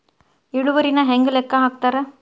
ಇಳುವರಿನ ಹೆಂಗ ಲೆಕ್ಕ ಹಾಕ್ತಾರಾ